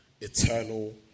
eternal